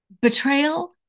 Betrayal